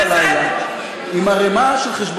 אתה עדיין חבר